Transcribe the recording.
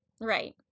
Right